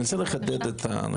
אני רוצה לחדד את הנקודה,